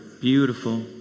Beautiful